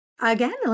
Again